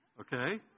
Okay